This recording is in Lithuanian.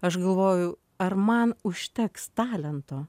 aš galvoju ar man užteks talento